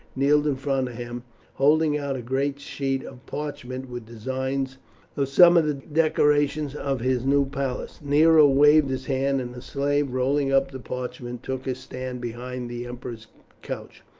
kneeled in front of him holding out a great sheet of parchment with designs of some of the decorations of his new palace. nero waved his hand, and the slave, rolling up the parchment, took his stand behind the emperor's couch.